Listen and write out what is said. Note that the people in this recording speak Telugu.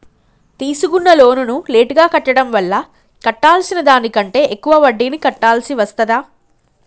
తీసుకున్న లోనును లేటుగా కట్టడం వల్ల కట్టాల్సిన దానికంటే ఎక్కువ వడ్డీని కట్టాల్సి వస్తదా?